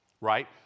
right